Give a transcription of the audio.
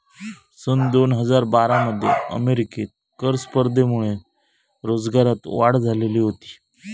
सन दोन हजार बारा मध्ये अमेरिकेत कर स्पर्धेमुळे रोजगारात वाढ झालेली होती